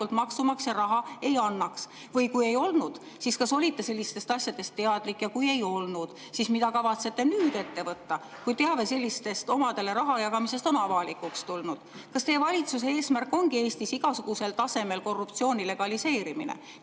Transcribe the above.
maksumaksja raha ei annaks? Kui ei olnud, siis kas olite sellistest asjadest teadlik? Kui ei olnud, siis mida kavatsete nüüd ette võtta, kui teave sellisest omadele raha jagamisest on avalikuks tulnud? Kas teie valitsuse eesmärk ongi Eestis igasugusel tasemel korruptsiooni legaliseerimine,